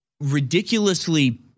ridiculously